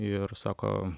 ir sako